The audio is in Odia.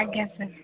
ଆଜ୍ଞା ସାର୍